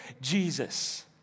Jesus